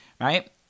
right